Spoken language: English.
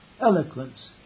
eloquence